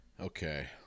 Okay